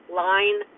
line